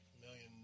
million